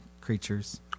creatures